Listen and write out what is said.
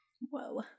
Whoa